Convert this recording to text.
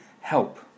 help